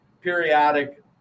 periodic